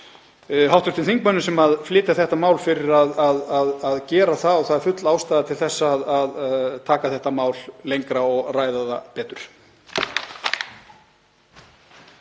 þakka hv. þingmönnum sem flytja þetta mál fyrir að gera það. Það er full ástæða til að taka þetta mál lengra og ræða það betur.